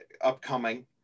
Upcoming